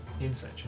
Insight